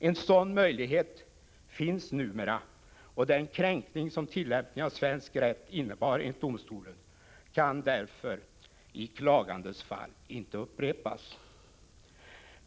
En sådan möjlighet finns numera, och den kränkning som tillämpningen av svensk rätt innebar enligt domstolen kan därför i klagandenas fall inte upprepas.